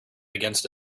against